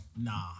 Nah